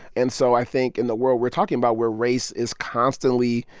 and so i think in the world we're talking about, where race is constantly,